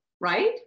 right